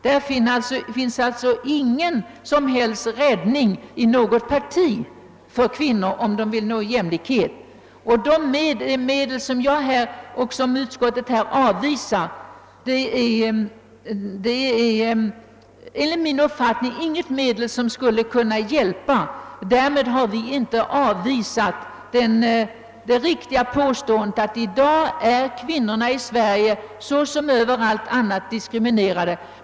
Det finns i dag ingen som helst fristad inom något parti för kvinnor, om de vill nå jämlikhet. När utskottet avvisar lagstiftning såsom verkningslös, har vi därmed inte förnekat det riktiga i påståendet att kvinnorna i Sverige i dag, liksom överallt annorstädes, är diskriminerade.